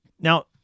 now